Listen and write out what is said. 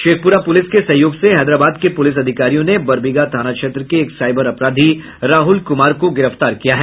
Sheikhpura police के सहयोग से हैदराबाद के पुलिस अधिकारियों ने बरबीघा थाना क्षेत्र के एक साइबर अपराधी राहुल कुमार को गिरफ्तार किया है